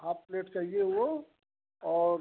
half plate चाहिए वो और